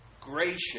gracious